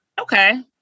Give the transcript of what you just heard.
Okay